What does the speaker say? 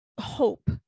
hope